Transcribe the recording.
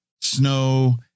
snow